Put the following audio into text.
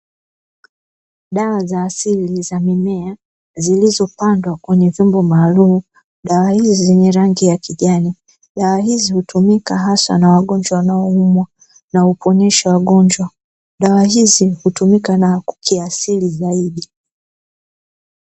Dawa za asili za mimea zilizopandwa kwenye vyombo maalumu, dawa hizi zina rangi ya kijani dawa hizi hutumika hasa na wagonjwa wanaoumwa na huponyesha wagonjwa, dawa hizi hutumika na kiasili zaidi.